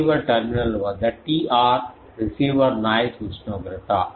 receiver terminal వద్ద Tr receiver noise ఉష్ణోగ్రత